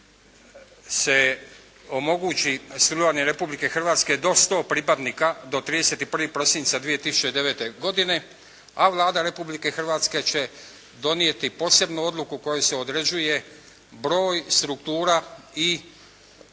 se omogući sudjelovanje Republike Hrvatske do sto pripadnika do 31. prosinca 2009. godine a Vlada Republike Hrvatske će donijeti posebnu odluku kojom se određuje broj, struktura i vrijeme